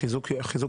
של חבר הכנסת צבי